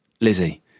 Lizzie